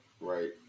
right